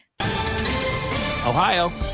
Ohio